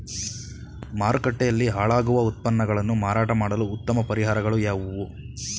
ಮಾರುಕಟ್ಟೆಯಲ್ಲಿ ಹಾಳಾಗುವ ಉತ್ಪನ್ನಗಳನ್ನು ಮಾರಾಟ ಮಾಡಲು ಉತ್ತಮ ಪರಿಹಾರಗಳು ಯಾವುವು?